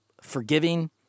forgiving